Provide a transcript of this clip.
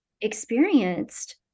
experienced